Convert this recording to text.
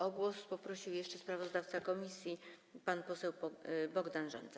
O głos poprosił jeszcze sprawozdawca komisji pan poseł Bogdan Rzońca.